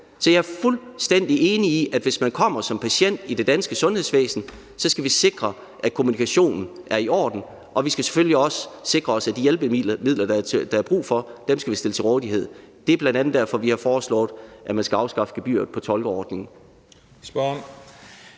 Så jeg er fuldstændig enig i, at hvis man kommer som patient i det danske sundhedsvæsen, så skal vi sikre, at kommunikationen er i orden, og vi skal selvfølgelig også sikre os, at de hjælpemidler, der er brug for, bliver stillet til rådighed. Det er bl.a. derfor, vi har foreslået, at man skal afskaffe gebyret i forbindelse